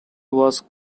was